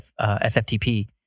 SFTP